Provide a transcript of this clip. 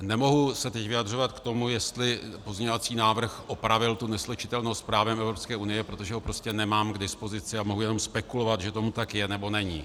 Nemohu se teď vyjadřovat k tomu, jestli pozměňující návrh opravil tu neslučitelnost právem EU, protože ho prostě nemám k dispozici a mohu jenom spekulovat, že tomu tak je, nebo není.